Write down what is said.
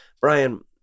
Brian